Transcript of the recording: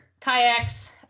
kayaks